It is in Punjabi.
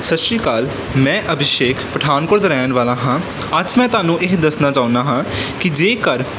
ਸਤਿ ਸ਼੍ਰੀ ਅਕਾਲ ਮੈਂ ਅਭਿਸ਼ੇਕ ਪਠਾਨਕੋਟ ਦਾ ਰਹਿਣ ਵਾਲਾ ਹਾਂ ਅੱਜ ਮੈਂ ਤੁਹਾਨੂੰ ਇਹ ਦੱਸਣਾ ਚਾਹੁੰਦਾ ਹਾਂ ਕਿ ਜੇਕਰ